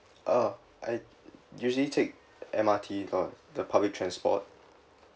uh I usually take M_R_T or the public transport